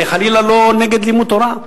אני חלילה לא נגד לימוד תורה.